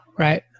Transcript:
Right